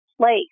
place